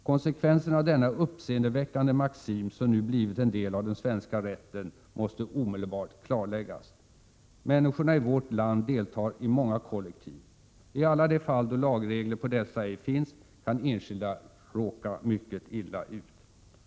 Konsekvenserna av denna uppseendeväckande maxim som nu blivit en del av den svenska rätten måste omedelbart klarläggas. Människorna i vårt land deltar i många kollektiv. I alla de fall då-lagregler på dessa ej finns kan enskilda råka mycket illa ut.